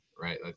Right